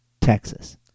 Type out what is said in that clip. Texas